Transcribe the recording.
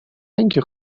اینه